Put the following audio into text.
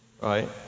Right